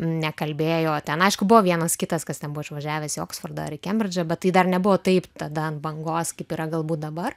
nekalbėjo ten aišku buvo vienas kitas kas ten buvo išvažiavęs į oksfordą ar į kembridžą bet tai dar nebuvo taip tada ant bangos kaip yra galbūt dabar